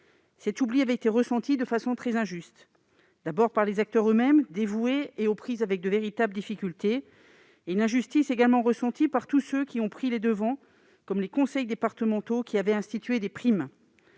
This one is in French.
Cet oubli avait été ressenti de façon très injuste, d'abord par les acteurs eux-mêmes, dévoués et aux prises avec de véritables difficultés, mais aussi par tous ceux qui ont pris les devants, comme les conseils départementaux, qui avaient institué des primes.